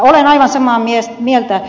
olen aivan samaa mieltä ed